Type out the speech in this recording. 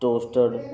toaster